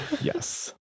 yes